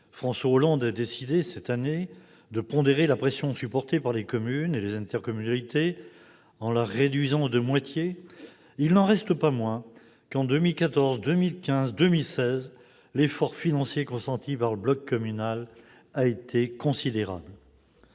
François Hollande a décidé, cette année, de pondérer la pression supportée par les communes et les intercommunalités en la réduisant de moitié, il n'en reste pas moins que, en 2014, 2015 et 2016, l'effort financier consenti par le bloc communal a été considérable.